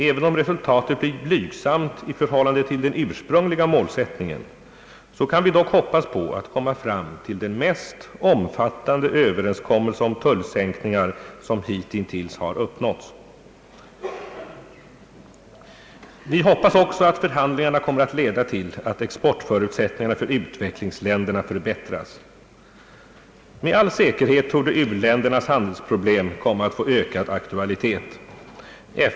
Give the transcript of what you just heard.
Även om resultatet blir blygsamt i förhållande till den ursprungliga målsättningen så kan vi dock hoppas på att komma fram till den mest omfattande överenskommelse om tullsänkningar som hitintills har uppnåtts, Vi hoppas också att förhandlingarna kommer att leda till att exportförutsättningarna för utvecklingsländerna förbättras. Med all säkerhet torde u-ländernas handelsproblem komma att få ökad aktualitet.